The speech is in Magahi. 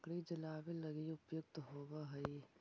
सूखल लकड़ी जलावे लगी उपयुक्त होवऽ हई